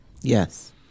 Yes